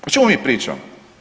O čemu mi pričamo.